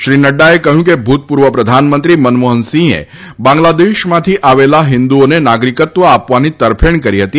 શ્રી નડ્ડાએ કહ્યું કે ભૂતપૂર્વ પ્રધાનમંત્રી મનમોહનસિંહે બાંગ્લાદેશમાંથી આવેલા હિન્દુઓને નાગરકિત્વ આપવાની તરફેણ કરી હતી